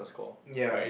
ya